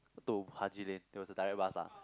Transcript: to Haji Lane it was the direct bus ah